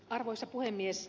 arvoisa puhemies